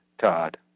Todd